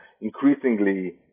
increasingly